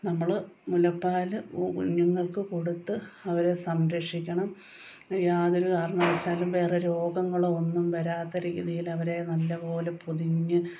നമ്മൾ മുലപ്പാൽ കുഞ്ഞുങ്ങൾക്ക് കൊടുത്ത് അവരെ സംരക്ഷിക്കണം യാതൊരു കാരണവശാലും വേറെ രോഗങ്ങളൊന്നും വരാത്ത രീതിയിൽ അവരെ നല്ലതു പോലെ പൊതിഞ്ഞ്